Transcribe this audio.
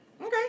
Okay